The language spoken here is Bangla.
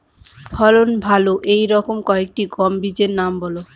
ফলন ভালো এই রকম কয়েকটি গম বীজের নাম কি?